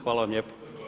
Hvala vam lijepo.